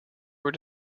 were